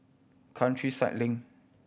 Countryside Link